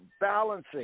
balancing